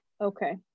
Okay